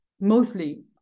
mostly